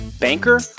banker